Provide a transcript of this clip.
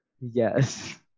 yes